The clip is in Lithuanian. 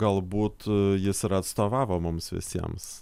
galbūt jis ir atstovavo mums visiems